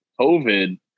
COVID